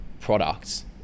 products